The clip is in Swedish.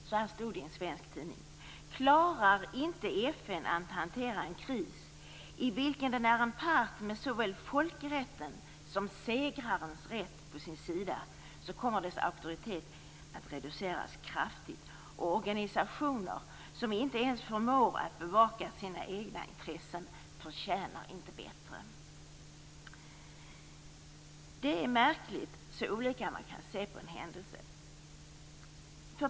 Så här stod det i en svensk tidning: Klarar inte FN att hantera en kris i vilken det är en part med såväl folkrätten som segrarens rätt på sin sida kommer dess auktoritet att reduceras kraftigt. Organisationer som inte ens förmår att bevaka sina egna intressen förtjänar inte bättre. Det är märkligt så olika man kan se på en händelse.